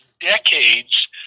decades